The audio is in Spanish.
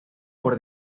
por